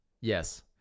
Yes